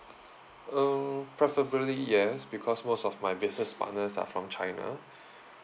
err preferably yes because most of my business partners are from china